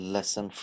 Lesson